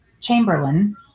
Chamberlain